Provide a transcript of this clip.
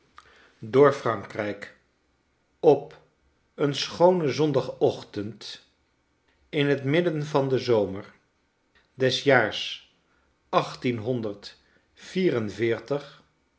door prankrijk op een schoonen zondagochtend in het midden van den zomer des jaars achttienhonderd